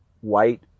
white